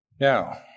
Now